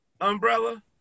umbrella